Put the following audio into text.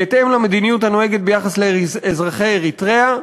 בהתאם למדיניות הנוהגת ביחס לאזרחי אריתריאה,